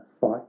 fight